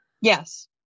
Yes